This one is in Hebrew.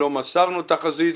לא מסרנו תחזית,